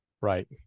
Right